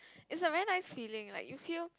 is a very nice feeling like you feel